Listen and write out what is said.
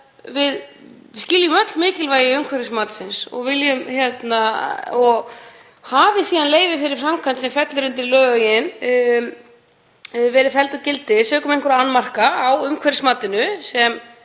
við skiljum öll mikilvægi umhverfismatsins. Hafi síðan leyfi fyrir framkvæmd sem fellur undir lögin verið fellt úr gildi sökum einhverja annmarka á umhverfismatinu sem